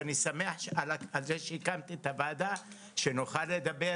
אני שמח על זה שהקמת את הוועדה, שנוכל לדבר